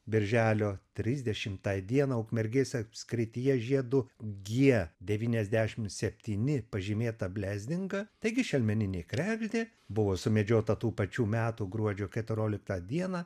birželio trisdešimtą dieną ukmergės apskrityje žiedu g devyniasdešim septyni pažymėta blezdinga taigi šelmeninė kregždė buvo sumedžiota tų pačių metų gruodžio keturioliktą dieną